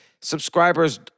subscribers